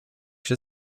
się